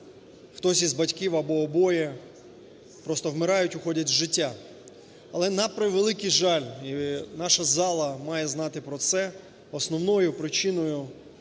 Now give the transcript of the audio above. хтось із батьків або обоє просто вмирають, уходять з життя. Але на превеликий жаль, і наша зала має знати про це, основною причиною